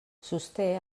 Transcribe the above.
sosté